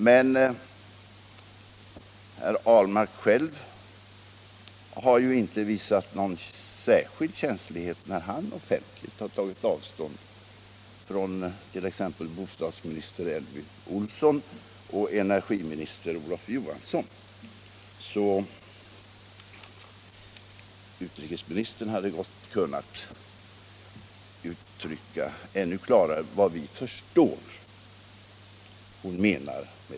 Herr Ahlmark själv har emellertid inte visat någon särskild Nr 29 känslighet när han offentligt har tagit avstånd från t.ex. bostadsminister Torsdagen den Elvy Olsson eller energiminister Olof Johansson, så utrikesministern hade 18:november 1976 gott ännu klarare kunnat uttrycka vad vi förstår att hon menar med.